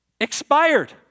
expired